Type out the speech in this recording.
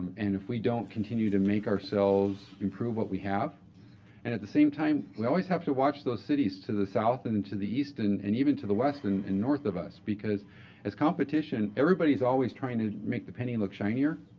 and if we don't continue to make ourselves improve what we have and at the same time, we always have to watch those cities to the south and and to the east, and and even to the west and and north of us, because as competition everybody's always trying to make the penny look shinier.